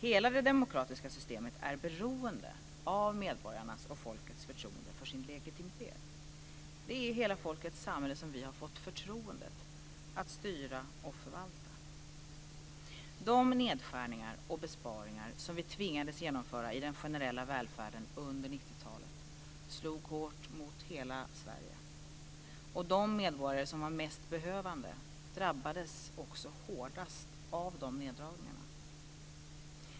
Hela det demokratiska systemet är beroende av medborgarnas, folkets, förtroende för sin legitimitet. Det är hela folkets samhälle som vi har fått förtroendet att styra och förvalta. De nedskärningar och besparingar som vi tvingades genomföra i den generella välfärden under 90 talet slog hårt mot hela Sverige. De medborgare som var mest behövande drabbades också hårdast av dessa neddragningar.